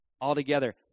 Altogether